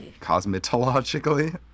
Cosmetologically